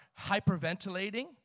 hyperventilating